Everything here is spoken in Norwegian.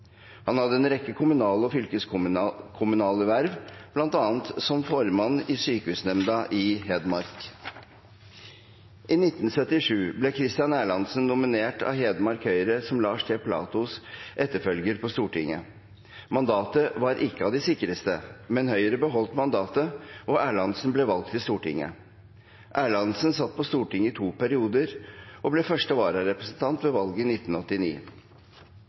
Han hadde en rekke kommunale og fylkeskommunale verv, bl.a. som formann i Sykehusnemnda i Hedmark. I 1977 ble Christian Erlandsen nominert av Hedmark Høyre som Lars T. Platous etterfølger på Stortinget. Mandatet var ikke av de sikreste, men Høyre beholdt mandatet, og Erlandsen ble valgt til Stortinget. Erlandsen satt på Stortinget i to perioder og ble første vararepresentant ved valget i 1989.